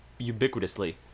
ubiquitously